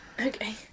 Okay